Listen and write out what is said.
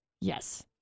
Yes